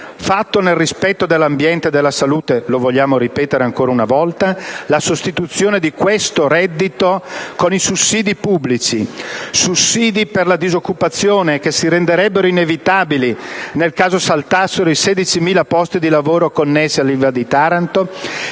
fatto nel rispetto dell'ambiente e della salute (lo vogliamo ripetere ancora una volta), con i sussidi pubblici: sussidi per la disoccupazione, che si renderebbero inevitabili nel caso saltassero i 16.000 posti di lavoro connessi all'Ilva di Taranto,